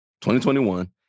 2021